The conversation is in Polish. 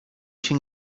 się